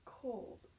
cold